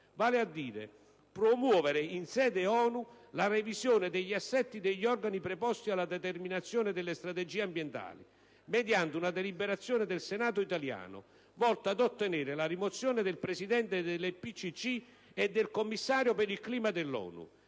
vale a dire «promuovere in sede ONU la revisione degli assetti degli organi preposti alle determinazioni delle strategie ambientali» mediante una deliberazione del Senato italiano volta ad ottenere la rimozione del presidente dell'IPCC e del Commissario per il clima dell'ONU,